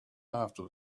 after